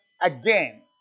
again